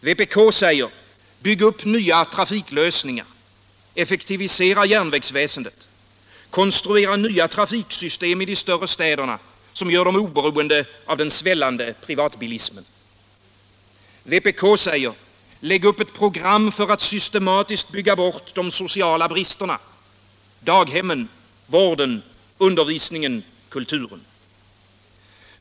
Vpk säger: Bygg upp nya trafiklösningar. Effektivisera järnvägsväsendet. Konstruera nya trafiksystem i de större städerna, som gör dem oberoende av den svällande privatbilismen. Vpk säger: Lägg upp ett program för att systematiskt bygga bort de sociala bristerna — daghemmen, vården, undervisningen, kulturen.